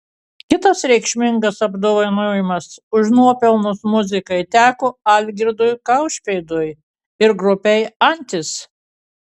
kitas reikšmingas apdovanojimas už nuopelnus muzikai teko algirdui kaušpėdui ir grupei antis